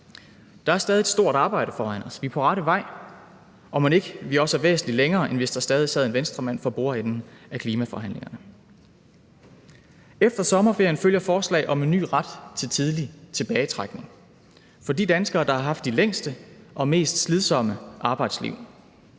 Der er stadig et stort arbejde foran os. Vi er på rette vej, og mon ikke vi også er væsentligt længere, end hvis der stadig sad en Venstremand for bordenden af klimaforhandlingerne. Efter sommerferien følger forslag om en ny ret til tidlig tilbagetrækning for de danskere, der har haft de længste og mest slidsomme arbejdsliv,